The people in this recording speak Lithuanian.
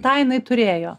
tą jinai turėjo